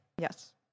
Yes